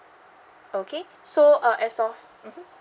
okay so uh as of mmhmm